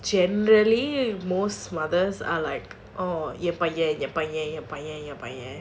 generally most mothers are like oh என் பையன் என் பையன் என் பையன் என் பையன்:en paiyan en paiyan en paiyan en paiyan